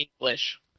English